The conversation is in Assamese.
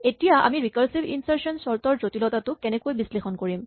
এতিয়া আমি ৰিকাৰছিভ ইনচাৰ্চন চৰ্ট ৰ জটিলতাটো কেনেকৈ বিশ্লেষণ কৰিম